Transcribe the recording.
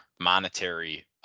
monetary